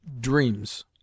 DREAMS